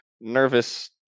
nervous